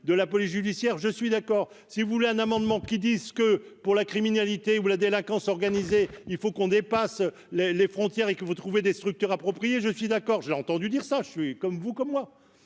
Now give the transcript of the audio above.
de la police judiciaire, je suis d'accord si vous voulez un amendement qui disent que, pour la criminalité ou la délinquance organisée, il faut qu'on dépasse les les frontières et que vous trouvez des structures appropriées, je suis d'accord, j'ai entendu dire ça, je suis comme vous, comme moi,